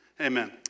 amen